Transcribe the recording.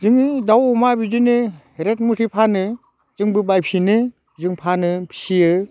जोङो दाउ अमा बिदिनो रेट मथे फानो जोंबो बायफिनो जों फानो फियो